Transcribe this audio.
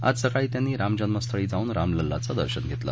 आज सकाळी त्यांनी रामजन्म स्थळी जाऊन रामलल्लाचं दर्शन घेतलं